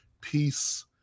peace